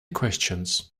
questions